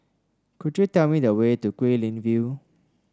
could you tell me the way to Guilin View